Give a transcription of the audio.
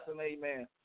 amen